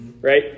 right